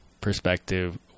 perspective